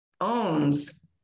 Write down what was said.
owns